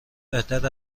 بهتر